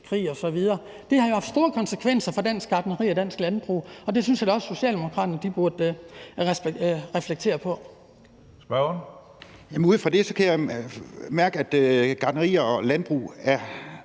Det har jo haft store konsekvenser for dansk gartneri og dansk landbrug, og det synes jeg da også Socialdemokraterne burde reflektere over. Kl. 13:26 Tredje næstformand